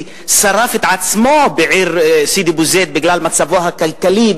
שרף את עצמו בעיר סידי בוזיד בגלל מצבו הכלכלי,